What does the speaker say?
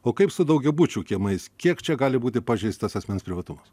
o kaip su daugiabučių kiemais kiek čia gali būti pažeistas asmens privatumas